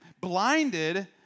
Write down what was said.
blinded